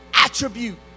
attribute